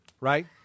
right